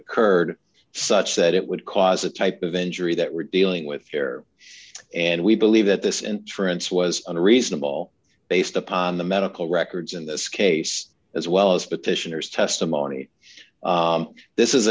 occurred such that it would cause the type of injury that we're dealing with there and we believe that this and trent's was a reasonable based upon the medical records in this case as well as petitioners testimony this is